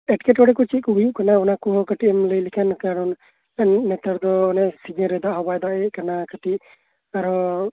ᱮᱴᱠᱮᱴᱚᱬᱮ ᱠᱚ ᱪᱮᱫ ᱠᱚ ᱦᱩᱭᱩᱜ ᱠᱟᱱᱟ ᱚᱱᱟ ᱠᱚᱦᱚᱸ ᱠᱟᱹᱴᱤᱡ ᱮᱢ ᱞᱟᱹᱭ ᱞᱮᱠᱷᱟᱱ ᱠᱟᱨᱚᱱ ᱱᱮᱛᱟᱨ ᱫᱚ ᱥᱤᱡᱤᱱ ᱨᱮ ᱫᱟᱜ ᱦᱚᱸ ᱵᱟᱭ ᱫᱟᱜ ᱮᱫ ᱠᱟᱱᱟ ᱟᱨᱦᱚᱸ ᱚᱱᱮ